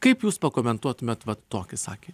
kaip jūs pakomentuotumėt vat tokį sakinį